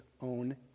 own